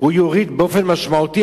יוריד באופן משמעותי?